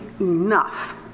enough